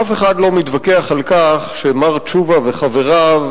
אף אחד לא מתווכח על כך שמר תשובה וחבריו,